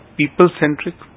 people-centric